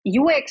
UX